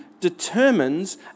determines